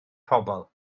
pobl